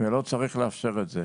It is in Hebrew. ולא צריך לאפשר את זה.